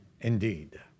Indeed